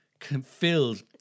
filled